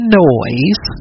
noise